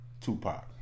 Tupac